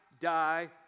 die